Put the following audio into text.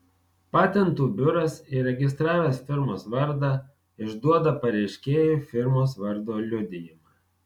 patentų biuras įregistravęs firmos vardą išduoda pareiškėjui firmos vardo liudijimą